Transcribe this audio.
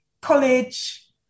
college